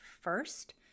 first